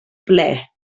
ple